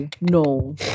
no